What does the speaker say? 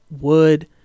wood